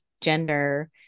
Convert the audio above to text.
gender